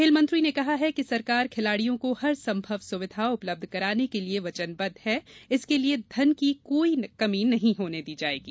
खेल मंत्री ने कहा कि सरकार खिलाड़ियों को हरसंभव सुविधा उपलब्ध कराने के लिए वचनबद्ध है इसके लिए धन की कोई कमी नहीं होने दी जायेगी